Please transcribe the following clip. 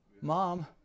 Mom